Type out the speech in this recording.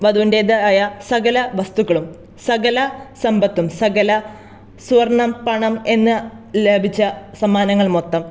വധുവിൻറ്റേതായ സകല വസ്തുക്കളും സകല സമ്പത്തും സകല സ്വർണ്ണം പണം എന്നു ലഭിച്ച സമ്മാനങ്ങൾ മൊത്തം